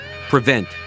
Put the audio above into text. prevent